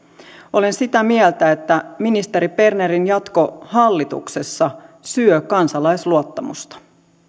olen sitä mieltä että ministeri bernerin jatko hallituksessa syö kansalaisluottamusta